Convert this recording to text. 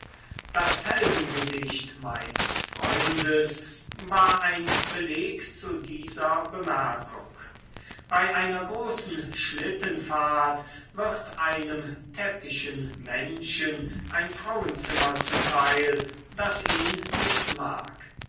das heldengedicht meines freundes war ein beleg zu dieser bemerkung bei einer großen schlittenfahrt wird einem täppischen menschen ein frauenzimmer zuteil das ihn nicht mag